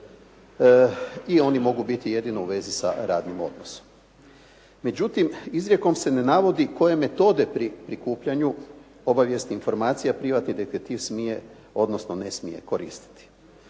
i oni mogu biti jedino u vezi sa radnim odnosom. Međutim, izrijekom se ne navodi koje metode prikupljanju obavijesnih informacija privatni detektiv smije, odnosno ne smije koristiti.